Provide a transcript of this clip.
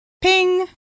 ping